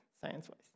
science-wise